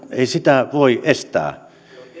ei sitä voi estää